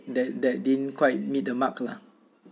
that that didn't quite meet the mark lah